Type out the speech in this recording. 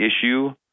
issue